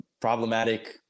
problematic